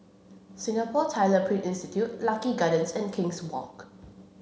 Singapore Tyler Print Institute Lucky Gardens and King's Walk